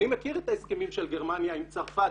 אני מכיר את ההסכמים של גרמניה עם צרפת,